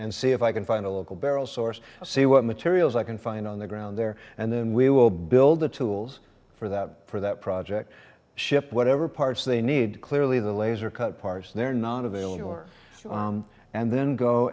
and see if i can find a local barrel source see what materials i can find on the ground there and then we will build the tools for that for that project ship whatever parts they need clearly the laser cut parts they're not available or and then go